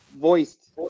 voiced